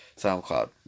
SoundCloud